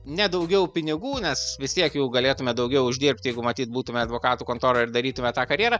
ne daugiau pinigų nes vis tiek jų galėtume daugiau uždirbt jeigu matyt būtume advokatų kontora ir darytume tą karjerą